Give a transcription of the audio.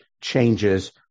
changes